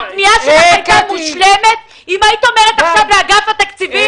הפנייה שלך הייתה מושלמת אם היית פונה עכשיו לאגף התקציבים.